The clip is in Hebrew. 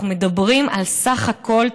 אנחנו מדברים על סך הכול,